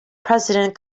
president